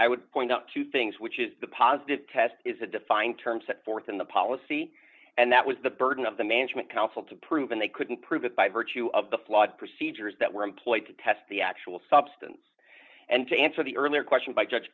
i would point out two things which is the positive test is a defined term set forth in the policy and that was the burden of the management counsel to prove and they couldn't prove it by virtue of the flawed procedures that were employed to test the actual substance and to answer the earlier question by judge